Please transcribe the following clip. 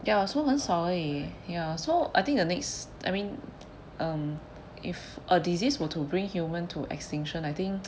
ya so 很少而已 ya so I think the next I mean um if a disease were to bring human to extinction I think